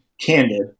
candid